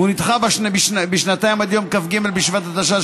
והוא נדחה בשנתיים עד ליום כ"ג בשבט התשע"ח,